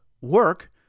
work